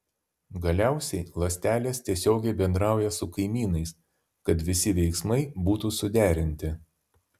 galiausiai ląstelės tiesiogiai bendrauja su kaimynais kad visi veiksmai būtų suderinti